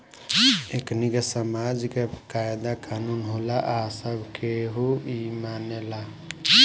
एकनि के समाज के कायदा कानून होला आ सब केहू इ मानेला